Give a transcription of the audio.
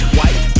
White